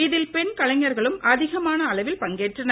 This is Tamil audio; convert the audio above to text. இதில் பெண் கலைஞர்களும் அதிகமான அளவில் பங்கேற்றனர்